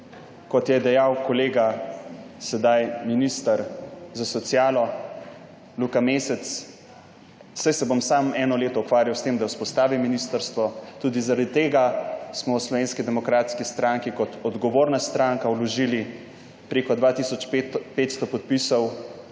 Kot je dejal kolega, sedaj minister za socialo, Luka Mesec,« saj se bom samo eno leto ukvarjal s tem, da vzpostavim ministrstvo«. Tudi zaradi tega smo v Slovenski demokratski stranki kot odgovorna stranka, vložili preko 2 tisoč 500 podpisov